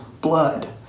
blood